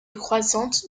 croissante